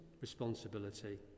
responsibility